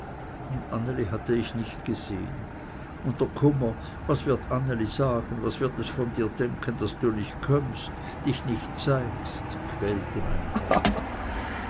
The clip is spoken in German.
und anneli hatte ich nicht gesehen und der kummer was wird anneli sagen was wird es von dir denken daß du nicht kömmst dich nicht zeigst quälte mein herz